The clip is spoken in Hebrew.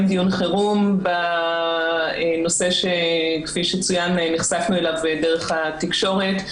דיון חירום בנושא שכפי שצוין נחשפנו אליו דרך התקשורת.